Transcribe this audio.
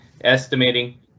estimating